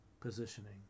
Positioning